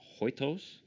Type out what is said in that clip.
hoitos